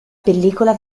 pellicola